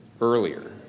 earlier